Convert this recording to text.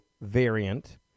variant